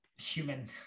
human